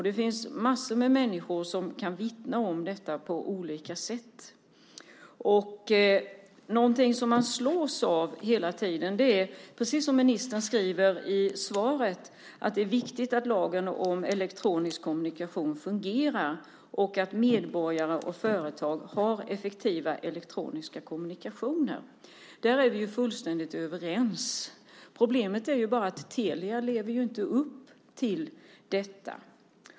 Det finns massor med människor som kan vittna om detta på olika sätt. Någonting som man hela tiden slås av är, precis som ministern skriver i svaret, att det är viktigt att lagen om elektronisk kommunikation fungerar och att medborgare och företag har effektiva elektroniska kommunikationer. Där är vi fullständigt överens. Problemet är bara att Telia inte lever upp till detta.